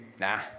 nah